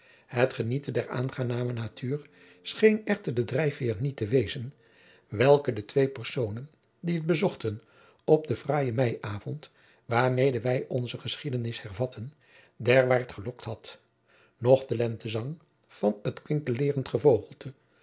het genieten der aangename natuur scheen echter de drijfveer niet te wezen welke de twee personen die het bezochten op den fraaien meiavond waarmede wij onze geschiedenis hervatten derwaart gelokt had noch de lentezang van het kwinkeleerend gevogelte